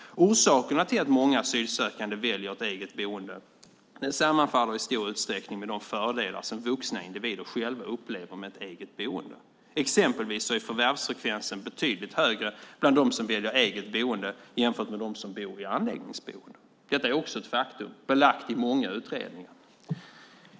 Orsakerna till att många asylsökande väljer eget boende sammanfaller i stor utsträckning med de fördelar som vuxna individer upplever med ett eget boende. Exempelvis är förvärvsfrekvensen betydligt högre bland dem som väljer eget boende jämfört med dem som bor i anläggningsboende. Detta är belagt i många utredningar.